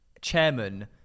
chairman